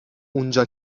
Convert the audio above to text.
اونجا